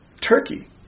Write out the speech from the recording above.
Turkey